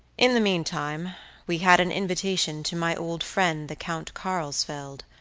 in the meantime we had an invitation to my old friend the count carlsfeld,